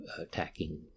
attacking